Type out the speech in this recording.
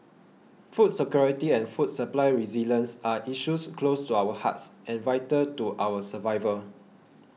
food security and food supply resilience are issues close to our hearts and vital to our survival